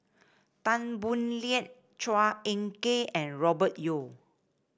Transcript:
Tan Boo Liat Chua Ek Kay and Robert Yeo